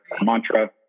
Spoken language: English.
mantra